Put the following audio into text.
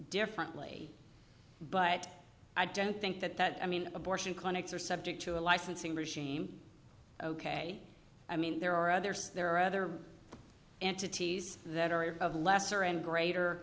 differently but i don't think that that i mean abortion clinics are subject to a licensing regime ok i mean there are others there are other entities that are of lesser and greater